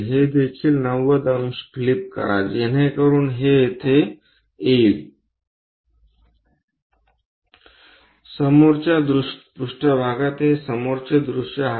हे देखील 90 अंश फ्लिप करा जेणेकरून हे येथे येईल समोरच्या पृष्ठभागात हे समोरचे दृश्य आहे